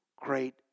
Great